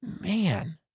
man